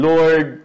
Lord